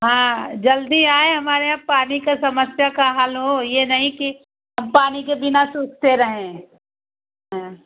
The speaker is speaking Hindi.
हाँ जल्दी आएँ हमारे यहाँ पानी का समस्या का हल हो यह नहीं कि हम पानी के बिना सूखते रहें हाँ